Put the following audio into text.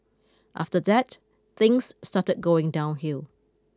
after that things started going downhill